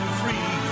free